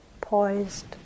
poised